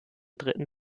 dritten